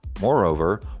Moreover